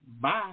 Bye